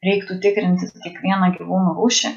reiktų tikrinti kiekvieną gyvūno rūšį